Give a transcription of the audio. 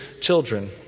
children